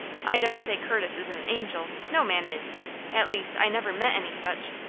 i don't say curtis is an angel. no man is at least, i never met any such.